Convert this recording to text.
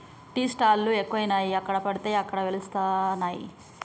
tea stall లు ఎక్కువయినాయి ఎక్కడ పడితే అక్కడ వెలుస్తానయ్